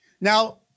Now